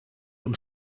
uns